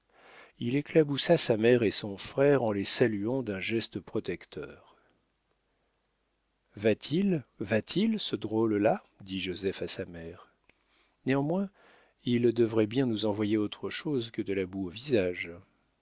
il éclaboussa sa mère et son frère en les saluant d'un geste protecteur va-t-il va-t-il ce drôle-là dit joseph à sa mère néanmoins il devrait bien nous envoyer autre chose que de la boue au visage